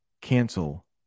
Cancel